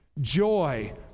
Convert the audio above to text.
joy